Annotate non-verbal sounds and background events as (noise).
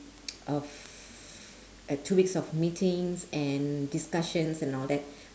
(noise) of uh two weeks of meetings and discussions and all that